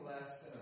less